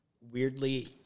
weirdly